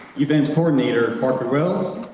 event coordinator parker wells,